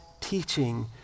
teaching